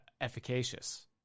efficacious